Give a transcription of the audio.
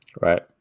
right